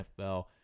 NFL